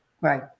Right